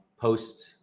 post